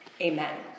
Amen